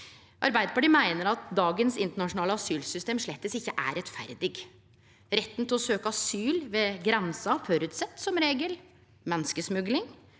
Arbeidarpartiet meiner at dagens internasjonale asylsystem slettes ikkje er rettferdig. Retten til å søkje asyl ved grensa føreset som regel menneskesmugling,